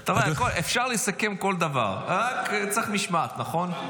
אתה רואה, אפשר לסכם כל דבר, רק צריך משמעת, נכון?